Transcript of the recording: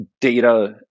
data